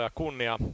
kunnia